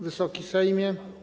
Wysoki Sejmie!